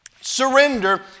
Surrender